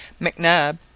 McNab